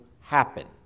happen